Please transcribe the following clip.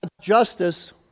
justice